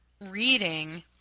reading